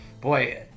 boy